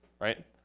right